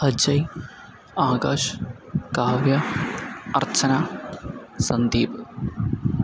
Ajay Akash Kavya Archana Sandeep